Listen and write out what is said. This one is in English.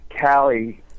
Callie